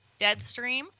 Deadstream